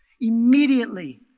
immediately